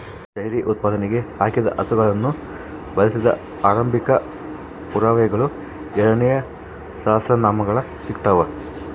dairy ಉತ್ಪಾದನೆಗೆ ಸಾಕಿದ ಹಸುಗಳನ್ನು ಬಳಸಿದ ಆರಂಭಿಕ ಪುರಾವೆಗಳು ಏಳನೇ ಸಹಸ್ರಮಾನ ಸಿಗ್ತವ